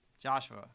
Joshua